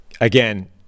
again